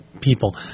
people